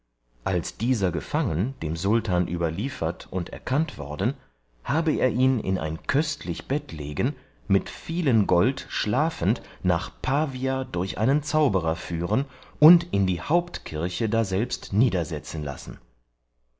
als dieser gefangen dem sultan überliefert und erkannt worden habe er ihn in ein köstlich bett legen mit vielen gold schlafend nach pavia durch einen zauberer führen und in die hauptkirche daselbst niedersetzen lassen